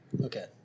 Okay